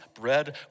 bread